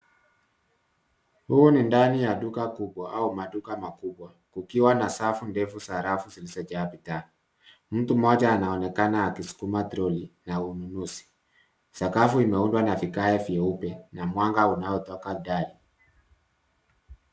Huu ni ndani ya duka kubwa au maduka makubwa, kukiwa na safu ndefu za rafu zilizojaa bidhaa. Mtu mmoja anaonekana akisukuma troli ya ununuzi. Sakafu imeundwa na vigae vyeupe na mwanga unaotoka dari.